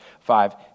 five